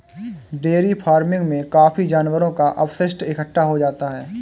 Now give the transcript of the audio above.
dairy farming में काफी जानवरों का अपशिष्ट इकट्ठा हो जाता है